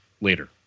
later